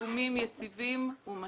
"פיגומים יציבים ומתאימים"